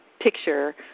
picture